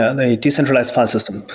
a decentralized file system.